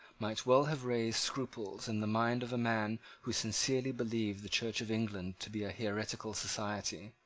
might well have raised scruples in the mind of a man who sincerely believed the church of england to be a heretical society,